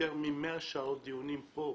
יותר מ-100 שעות דיונים פה בוועדה.